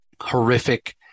horrific